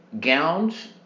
gowns